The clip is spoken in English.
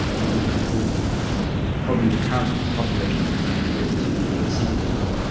it will be full of. probably the current population of the planet will be just living in cities alone.